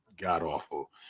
god-awful